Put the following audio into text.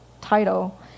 Title